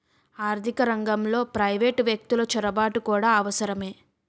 ఆర్థిక రంగంలో ప్రైవేటు వ్యక్తులు చొరబాటు కూడా అవసరమే